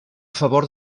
favor